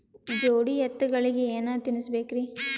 ಜೋಡಿ ಎತ್ತಗಳಿಗಿ ಏನ ತಿನಸಬೇಕ್ರಿ?